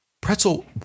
Pretzel